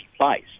place